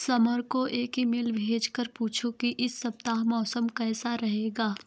summer को एक email भेज कर पूछो कि इस सप्ताह मौसम कैसा रहेगा